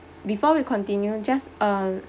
before we continue just um